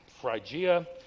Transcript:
Phrygia